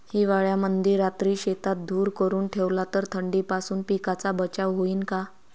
हिवाळ्यामंदी रात्री शेतात धुर करून ठेवला तर थंडीपासून पिकाचा बचाव होईन का?